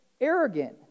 arrogant